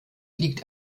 liegt